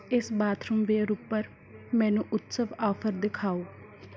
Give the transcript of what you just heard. ਇਸ ਬਾਥਰੂਮਵੇਅਰ ਉੱਪਰ ਮੈਨੂੰ ਉਤਸਵ ਆਫ਼ਰ ਦਿਖਾਓ